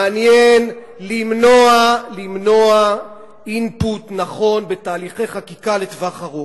מעניין למנוע input נכון בתהליכי חקיקה לטווח ארוך.